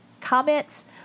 comments